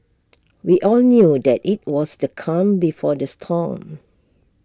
we all knew that IT was the calm before the storm